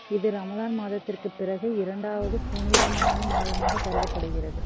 இது ரமலான் மாதத்திற்குப் பிறகு இரண்டாவது புனிதமான மாதமாக கருதப்படுகிறது